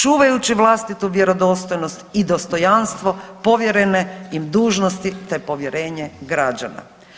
Čuvajući vlastitu vjerodostojnost i dostojanstvo povjerene im dužnosti te povjerenje građana.